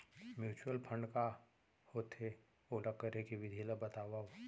mutual fund का होथे, ओला करे के विधि ला बतावव